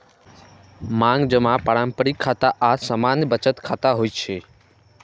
मांग जमा पारंपरिक खाता आ सामान्य बचत खाता होइ छै